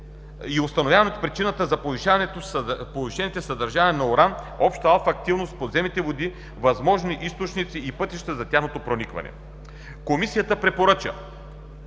за установяване причината за повишените съдържания на уран и обща алфа активност в подземните води, възможни източници и пътища за тяхното проникване. Комисията препоръчва